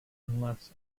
unless